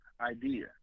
idea